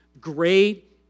great